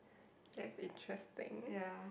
that's interesting